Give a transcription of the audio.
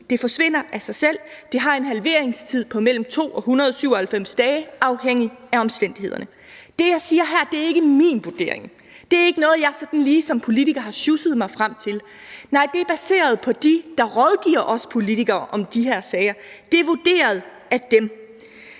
det forsvinder af sig selv, det har en halveringstid på mellem 2 og 197 dage, afhængigt af omstændighederne. Det, jeg siger her, er ikke min vurdering, det er ikke noget, jeg som politiker sådan lige har sjusset mig frem til, nej, det er baseret på dem, der rådgiver os politikere om de her sager; det er vurderet af dem.